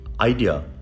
idea